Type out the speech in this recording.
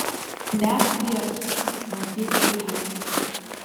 net priešuose matyk dorybes